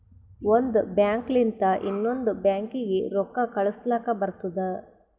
ಒಂದ್ ಬ್ಯಾಂಕ್ ಲಿಂತ ಇನ್ನೊಂದು ಬ್ಯಾಂಕೀಗಿ ರೊಕ್ಕಾ ಕಳುಸ್ಲಕ್ ಬರ್ತುದ